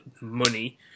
money